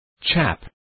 Chap